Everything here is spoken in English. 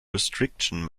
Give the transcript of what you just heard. restriction